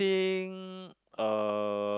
think uh